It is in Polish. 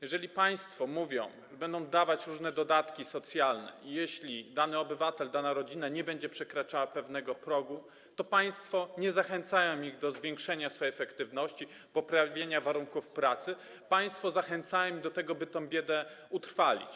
Jeżeli państwo mówią, że będą dawać różne dodatki socjalne, jeśli dany obywatel czy dana rodzina nie będą przekraczali pewnego progu, to państwo nie zachęcają ich do zwiększenia swej efektywności, poprawienia warunków pracy - państwo zachęcają ich do tego, by tę biedę utrwalić.